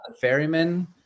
ferryman